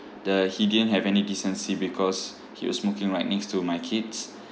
the he didn't have any decency because he was smoking right next to my kids